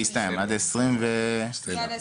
עד ה-29.